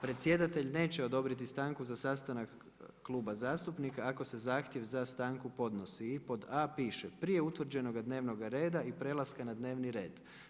Predsjedatelj neće odobriti stanku za sastanak kluba zastupnika, ako se zahtjev za stanku podnosi i pod a) piše: „Prije utvrđenoga dnevnoga reda i prelaska na dnevni red.